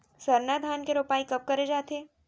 सरना धान के रोपाई कब करे जाथे?